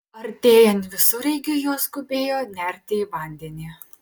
artėjant visureigiui jos skubėjo nerti į vandenį